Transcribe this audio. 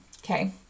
Okay